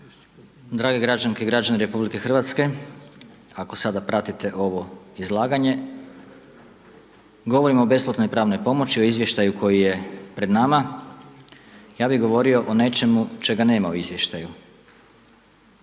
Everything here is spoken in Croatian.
drage građanke i građani RH ako sada pratite ovo izlaganje. Govorimo o besplatnoj pravnoj pomoći o izvještaju koji je pred nama, ja bih govorio o nečemu čega nema u izvještaju.